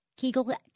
Kegel